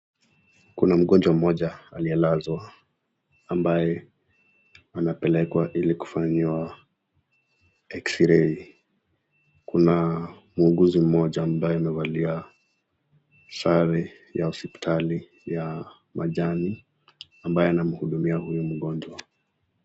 Kuna mgonjwa Moja aliyelazwa ,ambaye anapelekwa hili kufanya x-ray ,Kuna mhuguzi Moja ambaye amevalia sare ya hospitali ya majani ambaye anahudumia huyu mgonjwa